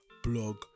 blog